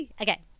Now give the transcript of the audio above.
Okay